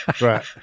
right